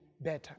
better